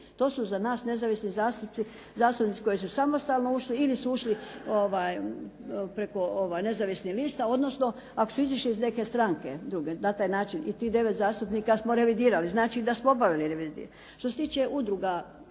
To su za nas nezavisni zastupnici koji su samostalno ušli ili su ušli preko nezavisnih lista, odnosno ako su izišli iz neke stranke druge, na taj način i tih 9 zastupnika smo revidirali. Znači da smo obavili …/Govornica se ne razumije./…